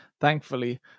thankfully